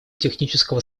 технического